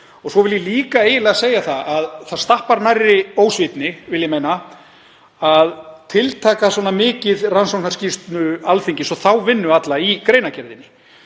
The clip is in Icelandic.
Svo vil ég líka að segja að það stappar nærri ósvífni, vil ég meina, að tiltaka svona mikið rannsóknarskýrslu Alþingis og þá vinnu alla í greinargerðinni.